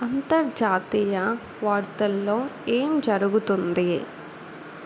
అంతర్జాతీయ వార్తల్లో ఏం జరుగుతుంది